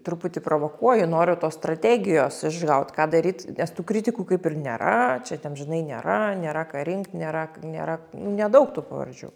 truputį provokuoju noriu tos strategijos išgaut ką daryt nes tų kritikų kaip ir nėra čia te amžinai nėra nėra ką rinkt nėra k nėra nedaug tų pavardžių